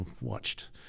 watched